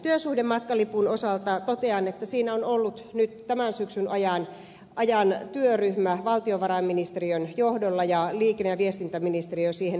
työsuhdematkalipun osalta totean että siinä on ollut tämän syksyn ajan työryhmä valtiovarainministeriön johdolla ja liikenne ja viestintäministeriö siihen osallistuu